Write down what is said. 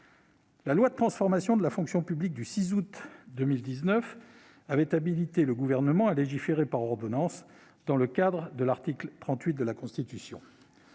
La loi de transformation de la fonction publique du 6 août 2019 avait habilité le Gouvernement à légiférer par ordonnances dans le cadre de l'article 38 de la Constitution.